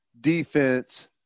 defense